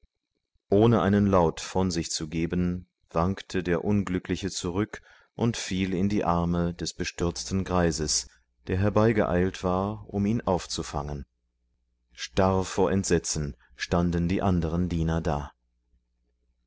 ohne einen laut von sich zu geben wankte der unglückliche zurück und fiel in die arme des bestürzten greises der herbeigeeilt war um ihn aufzufangen starr vor entsetzen standen die anderen diener da